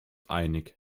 einig